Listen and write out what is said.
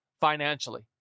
financially